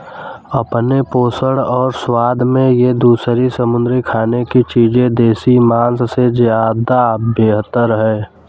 अपने पोषण और स्वाद में ये दूसरी समुद्री खाने की चीजें देसी मांस से ज्यादा बेहतर है